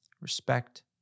respect